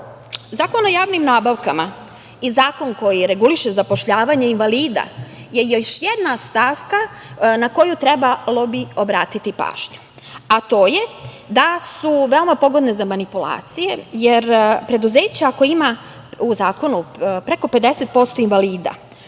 o javnim nabavkama, i zakon koji reguliše zapošljavanje invalida je još jedna stavka na koju bi trebalo pažnju, a to je da su veoma pogodne za manipulaciju, jer preduzeće ako ima preko 50% invalida,